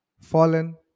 fallen